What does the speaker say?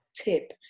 tip